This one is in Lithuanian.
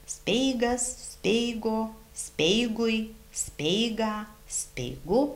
speigas speigo speigui speigą speigu